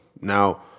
Now